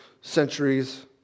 centuries